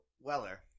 Weller